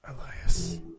Elias